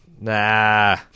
Nah